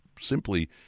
simply